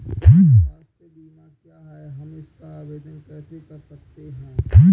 स्वास्थ्य बीमा क्या है हम इसका आवेदन कैसे कर सकते हैं?